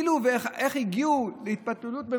איך השכילו ואיך הגיעו להתפלפלות,